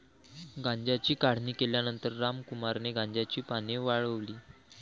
गांजाची काढणी केल्यानंतर रामकुमारने गांजाची पाने वाळवली